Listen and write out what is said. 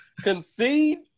concede